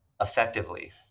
effectively